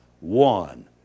one